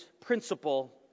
principle